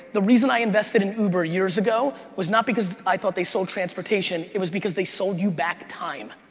the reason i invested in uber years ago was not because i thought they sold transportation, it was because they sold you back time.